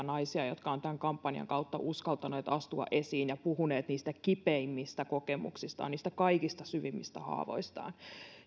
naisia jotka ovat tämän kampanjan kautta uskaltaneet astua esiin ja puhuneet niistä kipeimmistä kokemuksistaan niistä kaikista syvimmistä haavoistaan